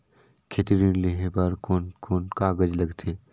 खेती ऋण लेहे बार कोन कोन कागज लगथे?